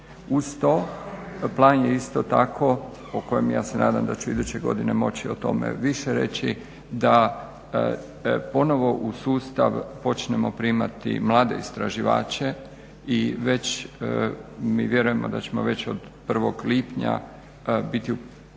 Uz to plan je isto tako o kojem ja se nadam da ću iduće godine moći o tome više reći, da ponovo u sustav počnemo primati mlade istraživače i već, mi vjerujemo da ćemo već od 1. lipnja biti u prilici